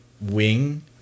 wing